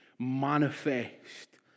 manifest